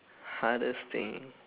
hardest thing